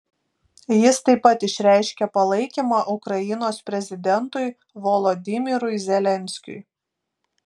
jis taip pat išreiškė palaikymą ukrainos prezidentui volodymyrui zelenskiui